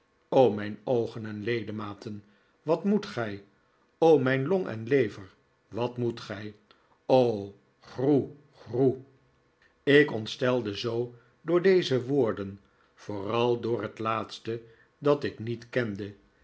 mijn oogen en ledematen wat moet gij o mijn long en lever wat moet gij o grroe grroe ik ontstelde zoo door deze woorden vooral door het laatste dat ik niet kende en